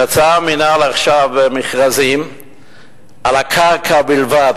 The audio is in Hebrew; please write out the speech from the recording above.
יצא המינהל עכשיו במכרזים על הקרקע בלבד,